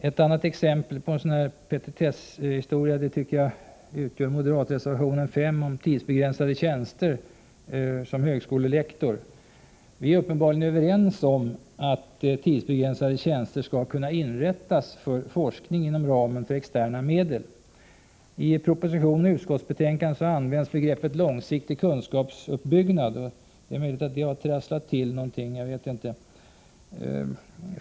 Ett ytterligare exempel av petitesskaraktär utgör moderatreservationen 5 om tidsbegränsade tjänster som högskolelektor. Vi är uppenbarligen överens om att tidsbegränsade tjänster skall kunna inrättas för forskning inom ramen för externa medel. I proposition och utskottsbetänkande används begreppet långsiktig kunskapsuppbyggnad, och det är möjligt att det har trasslat till någonting; jag vet inte.